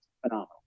phenomenal